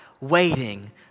waiting